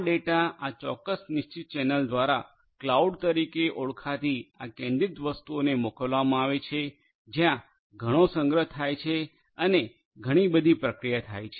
આ ડેટા આ ચોક્કસ નિશ્ચિત ચેનલ દ્વારા ક્લાઉડ તરીકે ઓળખાતી આ કેન્દ્રિત વસ્તુઓને મોકલવામાં આવે છે જ્યાં ઘણો સંગ્રહ થાય છે અને ઘણી બધી પ્રક્રિયા થાય છે